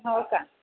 हो का